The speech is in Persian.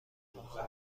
خواهم